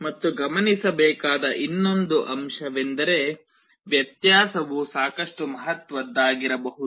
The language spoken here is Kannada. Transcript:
ಮತ್ತು ಗಮನಿಸಬೇಕಾದ ಇನ್ನೊಂದು ಅಂಶವೆಂದರೆ ವ್ಯತ್ಯಾಸವು ಸಾಕಷ್ಟು ಮಹತ್ವದ್ದಾಗಿರಬಹುದು